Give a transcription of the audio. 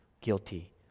guilty